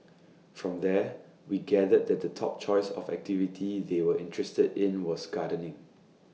from there we gathered that the top choice of activity they were interested in was gardening